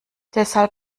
deshalb